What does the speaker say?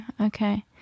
Okay